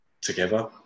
together